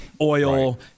oil